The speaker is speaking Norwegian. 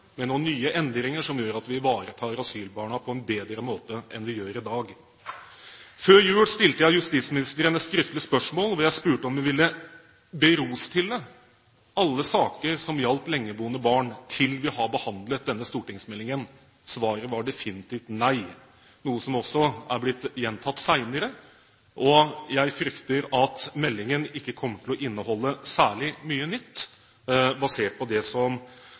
med noen nye endringer som kan gjøre at vi ivaretar asylbarna på en bedre måte enn vi gjør i dag. Før jul stilte jeg justisministeren et skriftlig spørsmål hvor jeg spurte om de ville berostille alle saker som gjaldt lengeboende barn, til vi har behandlet denne stortingsmeldingen. Svaret var definitivt nei, noe som også er blitt gjentatt senere. Jeg frykter at meldingen, basert på det svaret jeg fikk, og det som er blitt uttalt senere, ikke kommer til å inneholde særlig mye nytt.